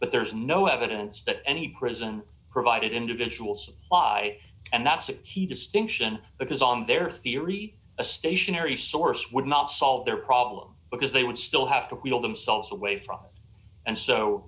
but there's no evidence that any prison provided individuals why and that's it he distinction because on their theory a stationary source would not solve their problem because they would still have to wheel themselves away from and so